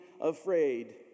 afraid